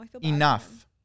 enough